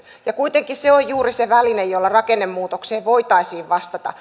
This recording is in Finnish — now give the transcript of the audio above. ja kuitenkin se on juuri se väline jolla rakennemuutokseen voitaisiin vastata